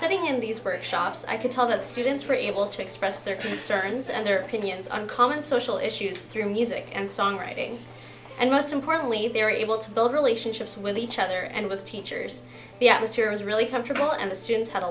sitting in these first shops i could tell that students are able to express their concerns and their opinions on common social issues through music and songwriting and most importantly if they're able to build relationships with each other and with teachers the atmosphere is really comfortable and the students had a